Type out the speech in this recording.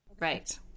Right